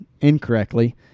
incorrectly